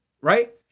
Right